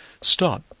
Stop